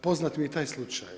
Poznat mi je taj slučaj.